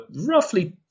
roughly